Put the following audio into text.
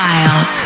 Wild